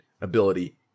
ability